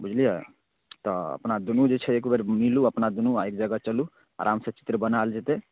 बुझलियै तऽ अपना दुनू जे छै एक बेर मिलू अपना दुनू आ एक जगह चलू आरामसँ चित्र बनायल जेतै